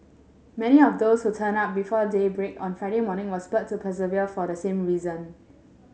many of those who turned up before daybreak on Friday morning were spurred to persevere for the same reason